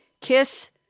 Kiss